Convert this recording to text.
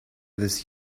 this